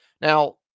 Now